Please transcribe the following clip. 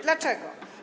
Dlaczego?